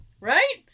right